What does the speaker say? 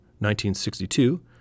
1962